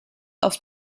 auf